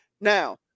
Now